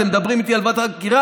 אתם מדברים איתי על ועדת חקירה?